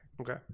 okay